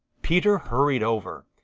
peter hurried over.